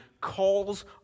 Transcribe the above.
calls